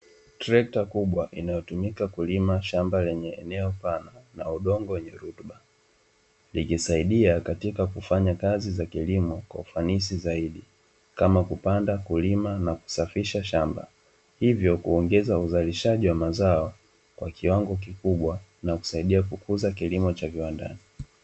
Trekta kubwa linalotumika kulima shamba lenye udongo wenye rutuba likisaidia kufanya kazi kwa ufanisi zaidi huku likiongeza uzalishaji wa mazaoa na kusaidia kukuza kilimo cha viwandani